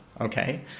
Okay